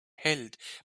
hält